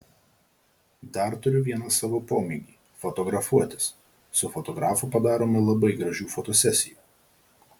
dar turiu vieną savo pomėgį fotografuotis su fotografu padarome labai gražių fotosesijų